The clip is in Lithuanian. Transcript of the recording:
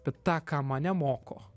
bet tą ką mane moko